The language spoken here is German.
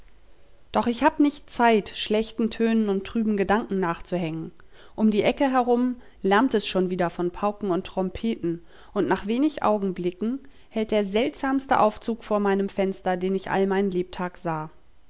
doch ich habe nicht zeit schlechten tönen und trüben gedanken nachzuhängen um die ecke herum lärmt es schon wieder von pauken und trompeten und nach wenig augenblicken hält der seltsamste aufzug vor meinem fenster den ich all mein lebtag sah